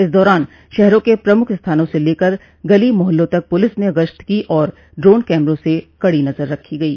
इस दौरान शहरों के प्रमुख स्थानों से लेकर गली मोहल्लों तक पुलिस ने गश्त की और ड्रोन कैमरों से कड़ी नजर रखी गयी